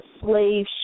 slave